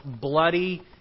bloody